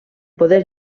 poder